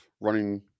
running